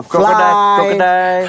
fly